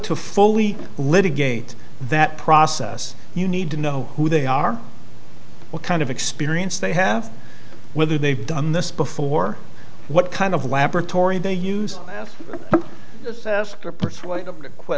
to fully litigate that process you need to know who they are what kind of experience they have whether they've done this before what kind of laboratory they use